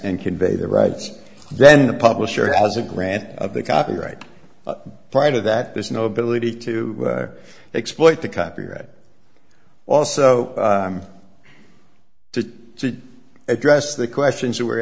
and convey the rights then the publisher has a grant of the copyright prior to that there's no ability to exploit the copyright also to address the questions that were